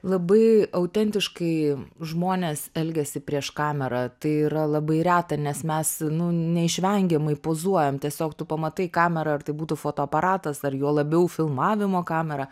labai autentiškai žmonės elgiasi prieš kamerą tai yra labai reta nes mes nu neišvengiamai pozuojam tiesiog tu pamatai kamerą ar tai būtų fotoaparatas ar juo labiau filmavimo kamera